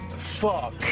Fuck